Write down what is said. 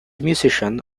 musician